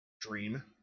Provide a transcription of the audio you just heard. dream